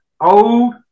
old